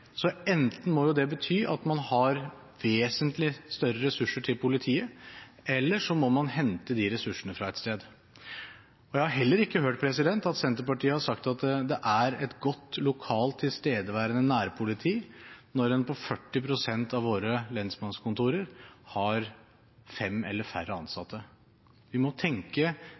så må man hente de ressursene fra et sted. Jeg har heller ikke hørt at Senterpartiet har sagt at det er et godt lokalt tilstedeværende nærpoliti når det på 40 pst. av våre lensmannskontor er fem eller færre